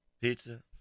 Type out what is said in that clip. Pizza